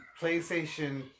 PlayStation